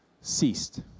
ceased